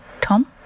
Tom